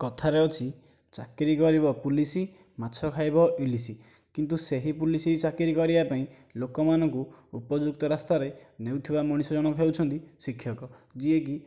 କଥାରେ ଅଛି ଚାକିରୀ କରିବ ପୋଲିସ୍ ମାଛ ଖାଇବ ଇଲିସି କିନ୍ତୁ ସେହି ପୋଲିସ୍ ଚାକିରି କରିବା ପାଇଁ ଲୋକମାନଙ୍କୁ ଉପଯୁକ୍ତ ରାସ୍ତାରେ ନେଉଥିବା ମଣିଷ ଜଣକ ହେଉଛନ୍ତି ଶିକ୍ଷକ ଯିଏକି